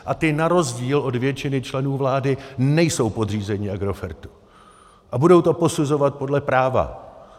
A ti na rozdíl od většiny členů vlády nejsou podřízeni Agrofertu a budou to posuzovat podle práva.